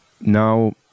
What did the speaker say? now